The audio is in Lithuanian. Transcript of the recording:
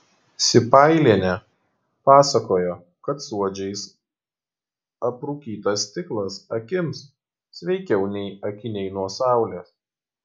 sipailienė pasakojo kad suodžiais aprūkytas stiklas akims sveikiau nei akiniai nuo saulės